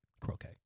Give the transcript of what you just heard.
Croquet